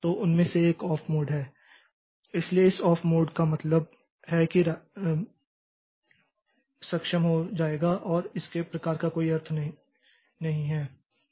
तो उनमें से एक ऑफ मोड है इसलिए इस ऑफ मोड का मतलब है कि राज्य अक्षम हो जाएगा और इसके प्रकार का कोई अर्थ नहीं है